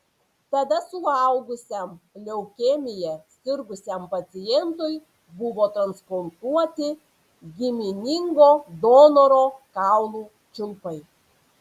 tada suaugusiam leukemija sirgusiam pacientui buvo transplantuoti giminingo donoro kaulų čiulpai